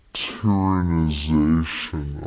tyrannization